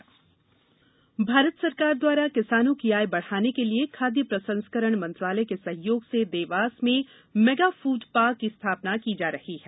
mega food park Bharat सरकार द्वारा किसानो की आय बढ़ाने के लिए खाद्य प्रसंस्करण मंत्रालय के सहयोग से देवास में मेगाफुड पार्क की स्थापना की जा रही है